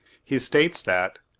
he states that